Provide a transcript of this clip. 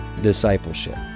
Discipleship